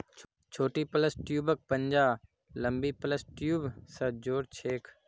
छोटी प्लस ट्यूबक पंजा लंबी प्लस ट्यूब स जो र छेक